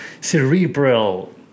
cerebral